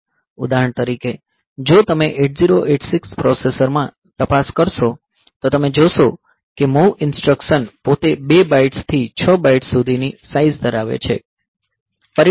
ઉદાહરણ તરીકે જો તમે 8086 પ્રોસેસર માં તપાસ કરશો તો તમે જોશો કે મૂવ ઈન્સ્ટ્રકશન પોતે 2 બાઇટ્સ થી 6 બાઇટ્સ સુધીની સાઈઝ ધરાવે છે